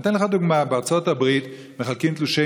אני אתן לך דוגמה: בארצות הברית מחלקים תלושי